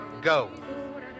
go